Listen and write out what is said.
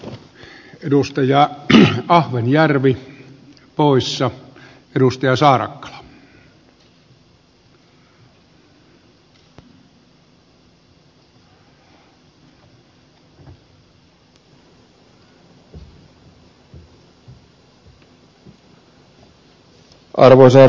oma edustaja ahvenjärvi kouissa edusti arvoisa herra puhemies